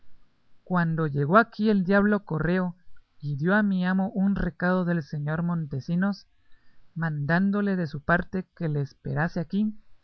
cuando llegó aquí el diablo correo y dio a mi amo un recado del señor montesinos mandándole de su parte que le esperase aquí